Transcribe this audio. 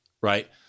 right